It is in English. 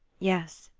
yes.